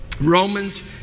Romans